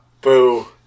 Boo